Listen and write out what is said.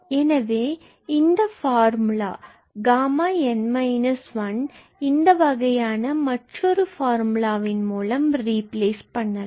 எனவே இந்த ஃபார்முலா Γ𝑛−1 இந்த வகையான மற்றொரு ஃபார்முலா வின் மூலம் ரீப்ளேஸ் பண்ணலாம்